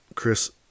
Chris